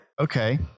Okay